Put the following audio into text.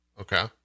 Okay